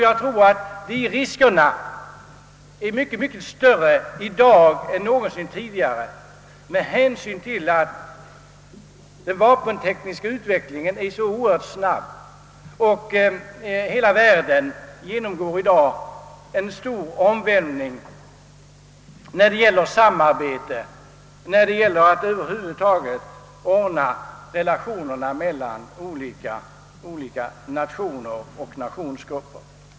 Jag tror de riskerna är mycket större i dag än någonsin tidigare med tanke på att den vapentekniska utvecklingen går så oerhört snabbt. För övrigt genomgår hela världen för närvarande en stor omvälvning när det gäller samarbete och när det gäller att över huvud taget ordna relationerna mellan olika nationer och nationsgrupper.